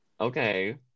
Okay